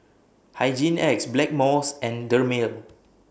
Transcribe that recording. Hygin X Blackmores and Dermale